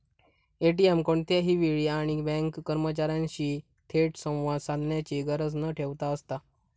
ATM कोणत्याही वेळी आणि बँक कर्मचार्यांशी थेट संवाद साधण्याची गरज न ठेवता असता